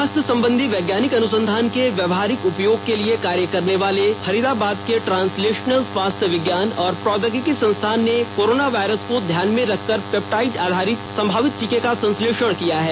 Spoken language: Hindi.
स्वास्थ्य संबंधी वैज्ञानिक अनुसंधान के व्यावहारिक उपयोग के लिए कार्य करने वाले फरीदाबाद के ट्रांसलेशनल स्वास्थ्य विज्ञान और प्रौद्योगिकी संस्थान ने कोरोना वायरस को ध्यान में रख कर पेप्टाइड आधारित संमावित टीके का संश्लेषण किया है